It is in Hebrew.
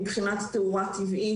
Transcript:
מבחינת תאורה טבעית,